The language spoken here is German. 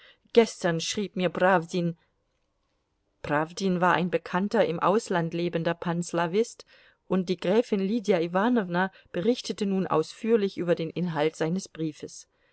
gestern schrieb mir prawdin prawdin war ein bekannter im ausland lebender panslawist und die gräfin lydia iwanowna berichtete nun ausführlich über den inhalt seines briefes